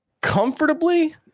Comfortably